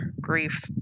grief